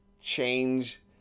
change